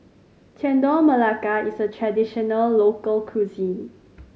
Chendol Melaka is a traditional local cuisine